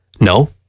No